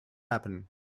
happen